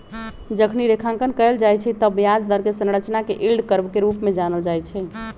जखनी रेखांकन कएल जाइ छइ तऽ ब्याज दर कें संरचना के यील्ड कर्व के रूप में जानल जाइ छइ